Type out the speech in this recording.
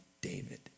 David